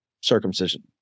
circumcision